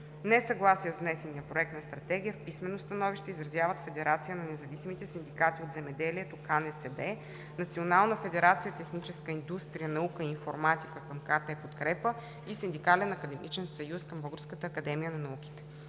Несъгласие с внесения Проект на Стратегия в писмено становище изразяват Федерация на независимите синдикати от земеделието – КНСБ, Национална федерация „Техническа индустрия, наука и информатика” – КТ „Подкрепа“ и Синдикален академичен съюз – БАН. В дискусията се